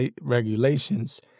Regulations